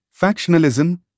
Factionalism